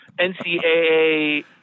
NCAA